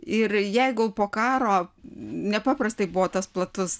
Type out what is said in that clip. ir jeigu po karo nepaprastai buvo tas platus